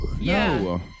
No